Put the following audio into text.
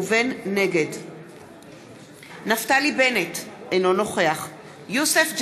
נגד נפתלי בנט, אינו נוכח יוסף ג'בארין,